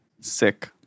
Sick